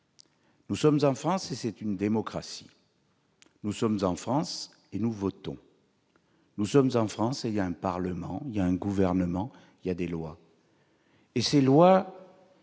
Nous sommes en France, et c'est une démocratie. Nous sommes en France, et nous votons. Nous sommes en France, et il y a un parlement, un gouvernement, des lois. Et ces lois-